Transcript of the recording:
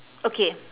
okay